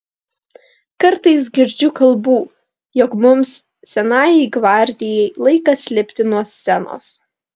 kartais girdžiu kalbų jog mums senajai gvardijai laikas lipti nuo scenos